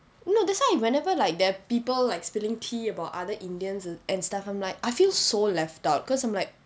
no that's why whenever like there are people like spilling tea about other indians and and stuff I'm like I feel so left out because I'm like